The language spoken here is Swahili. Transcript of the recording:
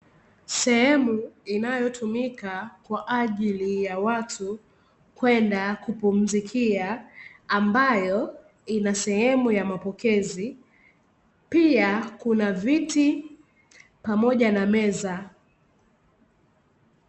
Sehemu inayotumika kwa ajili ya watu kwenda kupumzikia ambayo, ina sehemu ya mapokezi, pia kuna viti pamoja na meza.